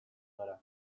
gara